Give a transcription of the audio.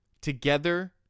together